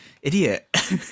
Idiot